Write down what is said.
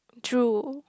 true